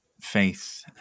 faith